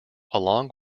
along